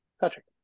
Patrick